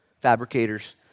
fabricators